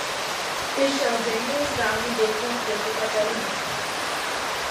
iš eugenijaus gaunu daug vertingų patarimų